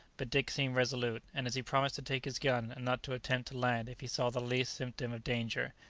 but dick seemed resolute, and as he promised to take his gun and not to attempt to land if he saw the least symptom of danger,